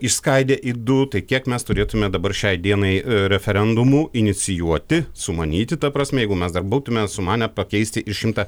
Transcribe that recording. išskaidė į du tai kiek mes turėtume dabar šiai dienai referendumų inicijuoti sumanyti ta prasme jeigu mes dar būtume sumanę pakeisti ir šimtą